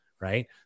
right